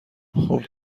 خوب